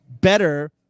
better